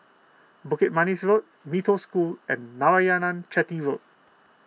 Bukit Manis Road Mee Toh School and Narayanan Chetty Road